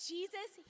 Jesus